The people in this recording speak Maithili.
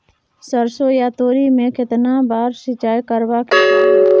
सरसो या तोरी में केतना बार सिंचाई करबा के चाही?